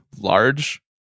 large